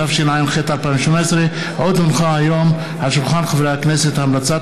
התשע"ח 2018. עוד הונחה היום על שולחן הכנסת המלצת